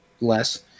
less